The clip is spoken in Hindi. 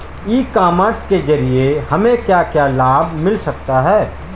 ई कॉमर्स के ज़रिए हमें क्या क्या लाभ मिल सकता है?